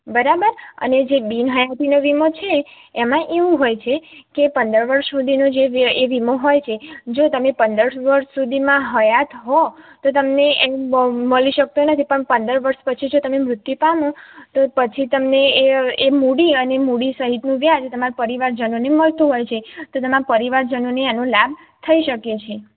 બરાબર અને જે બિન હયાતીનો વીમો છે એમાં એવું હોય છે કે પંદર વર્ષ સુધીનો જે એ વીમો હોય છે જો તમે પંદર વર્ષ સુધીમાં હયાત હો તો તમને એ વીમો મળી શકતો નથી પણ જો પંદર વર્ષ પછી જો તમે મૃત્યુ પામો તો પછી તમને એ એ મૂડી અને મૂડી સહિતનું વ્યાજ તમારા પરિવારજનોને મળતું હોય છે તો તમારા પરિવારજનોને આનો લાભ થઈ શકે છે